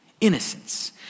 innocence